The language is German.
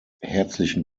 herzlichen